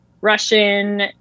russian